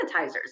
sanitizers